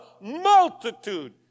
multitude